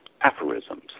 aphorisms